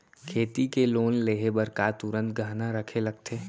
खेती के लोन लेहे बर का तुरंत गहना रखे लगथे?